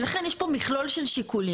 ולכן יש פה מכלול של שיקולים.